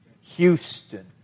Houston